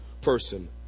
person